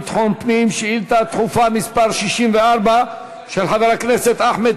מוועדת הפנים והגנת הסביבה לוועדת החוקה,